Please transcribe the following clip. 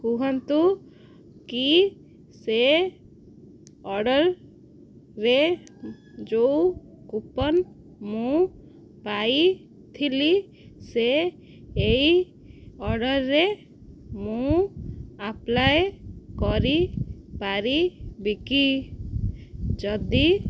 କୁହନ୍ତୁ କି ସେ ଅର୍ଡ଼ର୍ରେ ଯେଉଁ କୁପନ୍ ମୁଁ ପାଇଥିଲି ସେ ଏଇ ଅର୍ଡ଼ର୍ରେ ମୁଁ ଆପ୍ଲାଏ କରିପାରିବିକି ଯଦି